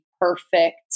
perfect